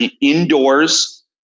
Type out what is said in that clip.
indoors